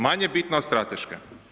Manje bitna od strateške.